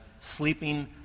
sleeping